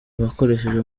bakoresheje